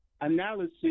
analysis